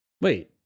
Wait